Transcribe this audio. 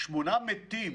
8 מתים